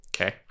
Okay